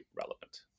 relevant